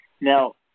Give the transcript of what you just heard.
Now